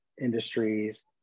industries